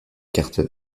carte